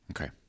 Okay